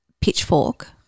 pitchfork